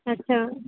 अच्छा